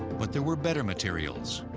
but there were better materials,